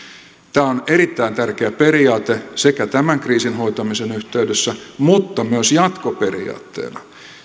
tämä on erittäin tärkeä periaate sekä tämän kriisin hoitamisen yhteydessä että myös jatkoperiaatteena